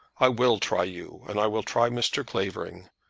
i will try you, and i will try mr. clavering.